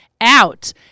out